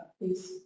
please